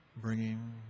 bringing